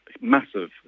massive